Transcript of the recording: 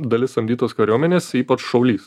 dalis samdytos kariuomenės ypač šaulys